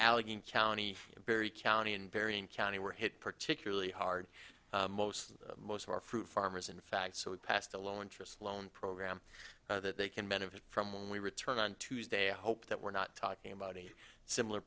allegheny county in perry county in varian county were hit particularly hard mostly most of our fruit farmers in fact so we passed a low interest loan program that they can benefit from when we return on tuesday i hope that we're not talking about a similar